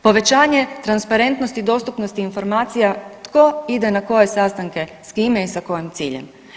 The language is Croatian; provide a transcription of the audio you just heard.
Povećanje transparentnosti, dostupnosti informacija tko ide na koje sastanke, s kime i sa kojim ciljem.